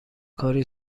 کاری